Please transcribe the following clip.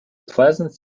pleasant